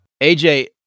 AJ